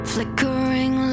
Flickering